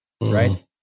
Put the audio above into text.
right